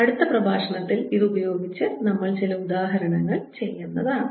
അടുത്ത പ്രഭാഷണത്തിൽ ഇത് ഉപയോഗിച്ച് ഞങ്ങൾ ചില ഉദാഹരണങ്ങൾ നമുക്ക് ചെയ്യാം